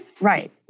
Right